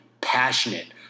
passionate